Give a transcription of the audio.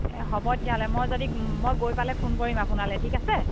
হ'ব তেতিয়াহ'লে মই যদি মই গৈ পালে ফোন কৰিম আপোনালৈ ঠিক আছে